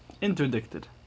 Interdicted